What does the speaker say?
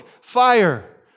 fire